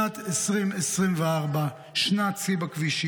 שנת 2024, שנת שיא בכבישים.